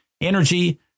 energy